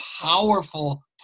powerful